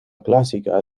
clásica